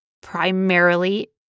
primarily